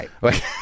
Right